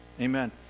Amen